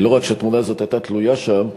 לא רק שהתמונה הזאת הייתה תלויה שם,